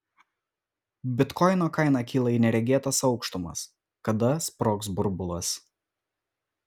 bitkoino kaina kyla į neregėtas aukštumas kada sprogs burbulas